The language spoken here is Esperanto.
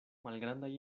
malgrandaj